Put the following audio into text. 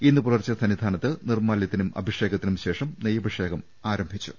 ഇന്ന് പുലർച്ചെ സന്നിധാനത്ത് നിർമ്മാലൃത്തിനും അഭിഷേകത്തിനും ശേഷം നെയ്യഭിഷേ കവും ആരംഭിച്ചു